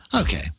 Okay